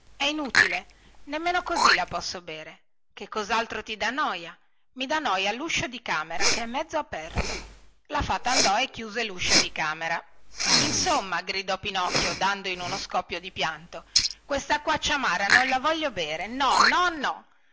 è inutile nemmeno così la posso bere che cosaltro ti dà noia i dà noia luscio di camera che è mezzo aperto la fata andò e chiuse luscio di camera insomma gridò pinocchio dando in uno scoppio di pianto questacquaccia amara non la voglio bere no no no